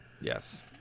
yes